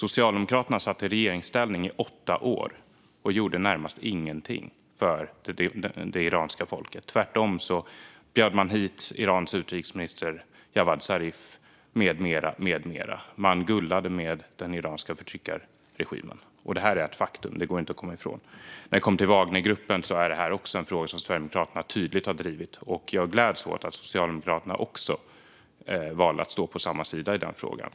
Socialdemokraterna satt i regeringsställning i åtta år och gjorde i det närmaste ingenting för det iranska folket. Tvärtom bjöd man hit Irans utrikesminister Javad Zarif med mera. Man gullade med den iranska förtryckarregimen. Det är ett faktum. Det går inte att komma ifrån. När det kommer till Wagnergruppen är det också en fråga som Sverigedemokraterna tydligt har drivit. Jag gläds åt att Socialdemokraterna valde att stå på samma sida i den frågan.